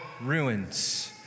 ruins